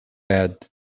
bed